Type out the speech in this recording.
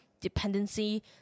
dependency